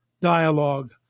dialogue